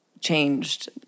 changed